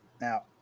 now